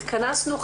התכנסו,